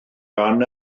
gan